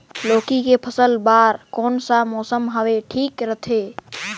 लौकी के फसल बार कोन सा मौसम हवे ठीक रथे?